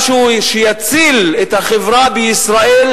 משהו שיציל את החברה בישראל,